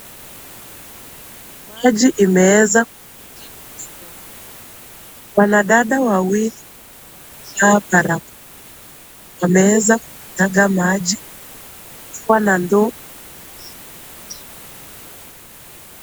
Maji imeeza kuingia kwenye boma, wanadada wawili wamevaa barakoa na wanaweza kuokota maji kutumia ndoo.